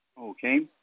Okay